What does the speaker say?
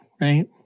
Right